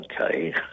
okay